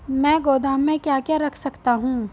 मैं गोदाम में क्या क्या रख सकता हूँ?